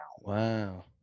Wow